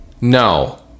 no